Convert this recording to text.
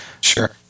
Sure